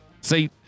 See